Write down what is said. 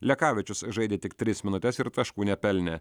lekavičius žaidė tik tris minutes ir taškų nepelnė